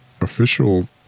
official